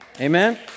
Amen